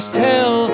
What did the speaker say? tell